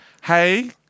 Hey